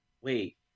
wait